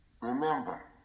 Remember